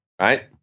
Right